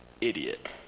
idiot